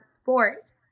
sports